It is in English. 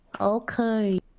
okay